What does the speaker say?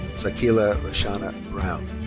zakilia rahsaana brown.